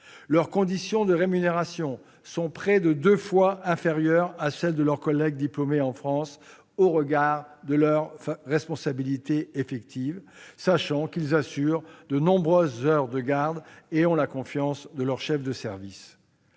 Leur rémunération est près de deux fois inférieure à celle de leurs collègues diplômés en France au regard de leurs responsabilités effectives, sachant qu'ils assurent de nombreuses heures de garde et ont la confiance de leur chef de service.